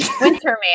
Winterman